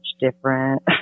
different